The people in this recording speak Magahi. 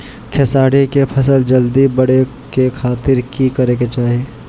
खेसारी के फसल जल्दी बड़े के खातिर की करे के चाही?